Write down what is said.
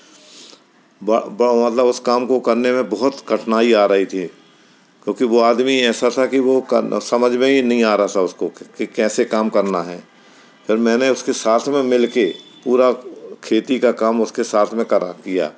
बड़ा बड़ा मतलब उस काम को करने में बहुत कठिनाई आ रही थी क्योंकि वह आदमी ऐसा था कि वह समझ में ही नहीं आ रहा था उसको कैसे काम करना है फिर मैंने उसके साथ में मिल कर पूरा खेती काम उसके साथ में करा दिया